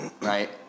right